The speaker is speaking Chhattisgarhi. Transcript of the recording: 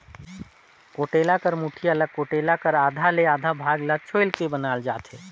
कुटेला कर मुठिया ल कुटेला कर आधा ले आधा भाग ल छोएल के बनाल जाथे